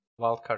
Wildcard